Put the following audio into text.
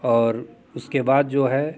और उसके बाद जो है